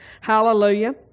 Hallelujah